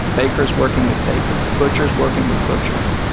bakers working as bakers, butchers working as butchers,